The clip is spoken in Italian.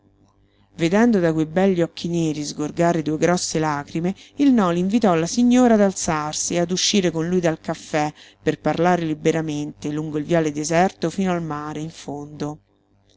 vedendo da quei begli occhi neri sgorgare due grosse lacrime il noli invitò la signora ad alzarsi e ad uscire con lui dal caffè per parlare liberamente lungo il viale deserto fino al mare in fondo